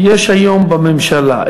יש היום בממשלה,